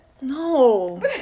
No